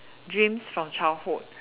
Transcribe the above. dreams from childhood